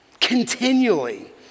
continually